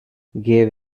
gave